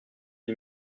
des